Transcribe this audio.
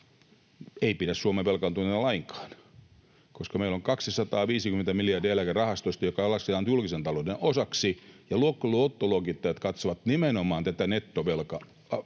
ei pidä Suomen velkaantuneen lainkaan, koska meillä on eläkerahastoissa 250 miljardia, jotka lasketaan julkisen talouden osaksi, ja luottoluokittajat katsovat nimenomaan tätä nettovelkatilannetta.